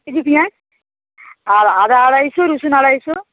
KG পেঁয়াজ আর আদা আড়াইশো রসুন আড়াইশো